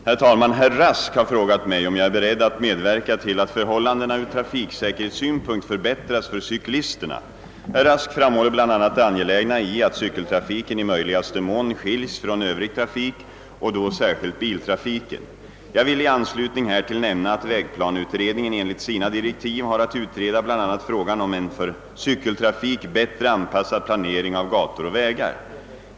Herr talman! Herr Rask har frågat mig, om jag är beredd att medverka till att förhållandena ur trafiksäkerhetssynpunkt förbättras för cyklisterna. Herr Rask framhåller bl.a. det angelägna i att cykeltrafiken i möjligaste mån skiljs från övrig trafik och då särskilt biltrafiken. Jag vill i anslutning härtill nämna att vägplaneutredningen enligt sina direktiv har att utreda bl.a. frågan om en för cykeltrafik bättre anpassad planering av gator och vägar.